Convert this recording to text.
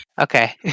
Okay